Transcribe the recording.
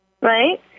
right